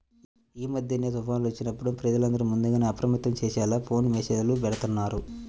యీ మద్దెన తుఫాన్లు వచ్చినప్పుడు ప్రజలందర్నీ ముందుగానే అప్రమత్తం చేసేలా ఫోను మెస్సేజులు బెడతన్నారు